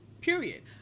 Period